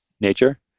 nature